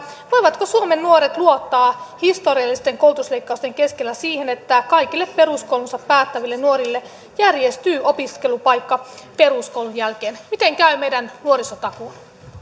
voivatko suomen nuoret luottaa historiallisten koulutusleikkausten keskellä siihen että kaikille peruskoulunsa päättäville nuorille järjestyy opiskelupaikka peruskoulun jälkeen miten käy meidän nuorisotakuun